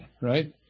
right